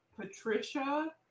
Patricia